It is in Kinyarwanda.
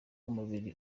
umubiri